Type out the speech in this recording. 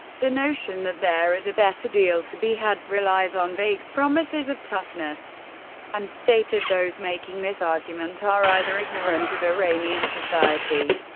the notion that there is a better deal to be had. relies on vague promises of toughness and stated, those making this argument are either ignorant of iranian society,